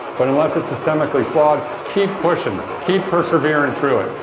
but unless it's systemically flawed, keep pushing, keep persevering through it.